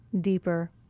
deeper